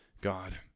God